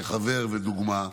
כחבר ודוגמה,